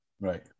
Right